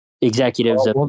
executives